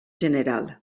general